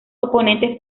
oponentes